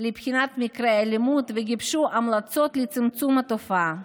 לבחינת מקרי אלימות וגיבשו המלצות לצמצום התופעה,